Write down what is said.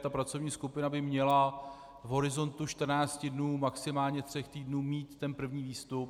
Ta pracovní skupina by měla v horizontu 14 dnů, maximálně tří týdnů mít první výstup.